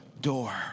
door